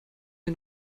wir